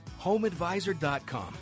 HomeAdvisor.com